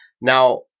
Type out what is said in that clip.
Now